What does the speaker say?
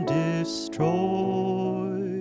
destroy